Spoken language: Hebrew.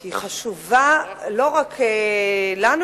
היא חשובה לא רק לנו,